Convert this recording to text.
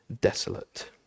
desolate